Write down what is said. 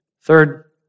Third